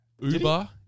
Uber